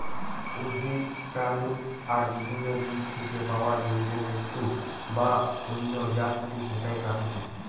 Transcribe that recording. উদ্ভিদ, প্রাণী আর বিভিন্ন জীব থিকে পায়া জৈব বস্তু বা অন্য যা কিছু সেটাই প্রাকৃতিক